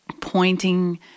pointing